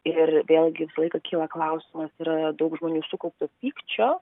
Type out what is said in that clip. ir vėlgi visą laiką kyla klausimas yra daug žmonių sukaupto pykčio